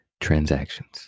transactions